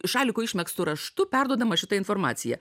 šaliko išmegztu raštu perduodama šita informacija